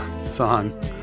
song